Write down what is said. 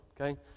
okay